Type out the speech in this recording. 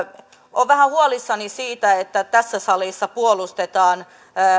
olen vähän huolissani siitä että tässä salissa puolustetaan